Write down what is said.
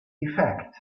effect